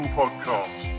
podcast